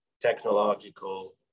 technological